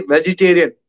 Vegetarian